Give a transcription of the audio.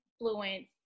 influence